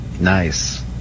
Nice